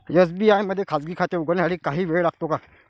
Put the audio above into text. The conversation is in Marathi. एस.बी.आय मध्ये खाजगी खाते उघडण्यासाठी काही वेळ लागतो का?